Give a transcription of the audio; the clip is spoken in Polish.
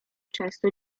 często